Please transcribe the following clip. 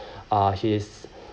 uh his